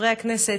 חברי הכנסת,